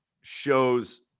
shows